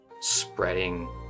spreading